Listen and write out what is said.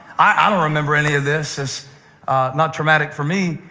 i don't remember any of this. it's not traumatic for me,